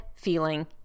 feeling